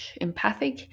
Empathic